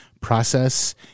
process